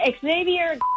Xavier